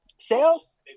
Sales